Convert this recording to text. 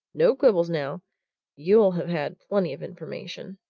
no quibbles, now you'll have had plenty of information.